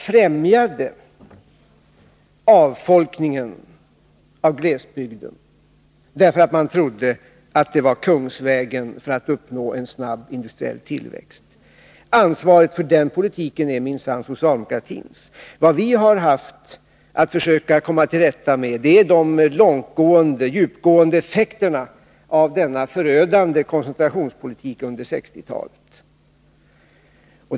— främjade man avfolkningen av glesbygden, därför att man trodde att det var kungsvägen för att uppnå en snabb industriell tillväxt. Ansvaret för den politiken är minsann socialdemokratins! Vad vi har haft att försöka komma till rätta med är de djupgående effekterna av denna förödande koncentrationspolitik under 1960-talet.